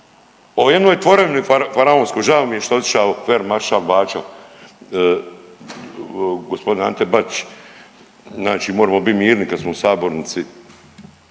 o jednoj tvorevini faraonskoj, žao mi je šta otišao fer maršal BAćo g. Ante Bačić znači moremo bit mirni kad smo u sabornici